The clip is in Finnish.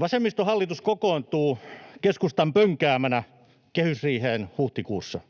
Vasemmistohallitus kokoontuu keskustan pönkäämänä kehysriiheen huhtikuussa.